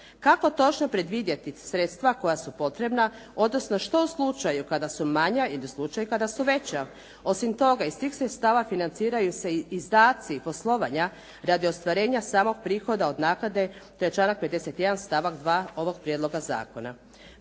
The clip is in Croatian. Kako točno predvidjeti sredstva koja su potrebna, odnosno što u slučaju kada su manja ili u slučaju kada su veća? Osim toga, iz tih sredstava financiraju se i izdaci poslovanja radi ostvarenja samog prihoda od naknade, to je članak 51. stavak 2. ovog prijedloga zakona.